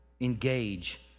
engage